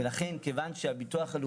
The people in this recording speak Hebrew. לכן כיוון שזה לא תחום עיסוקו ומומחיותו